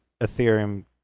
Ethereum